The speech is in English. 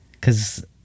cause